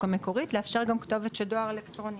המקורית לאפשר גם כתובת של דואר אלקטרוני.